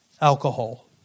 Alcohol